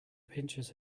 pinches